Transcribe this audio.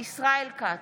ישראל כץ,